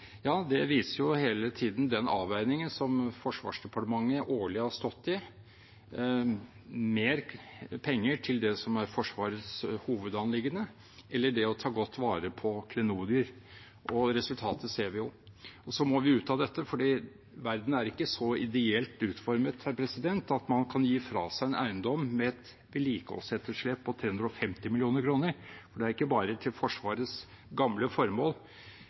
Det viser hele tiden den avveiningen som Forsvarsdepartementet årlig har stått i – mer penger til det som er Forsvarets hovedanliggende, eller det å ta godt vare på klenodier. Resultatet ser vi. Så må vi ut av dette, for verden er ikke så ideelt utformet at man kan gi fra seg en eiendom med et vedlikeholdsetterslep på 350 mill. kr. Det er ikke bare til Forsvarets gamle formål